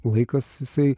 laikas jisai